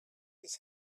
his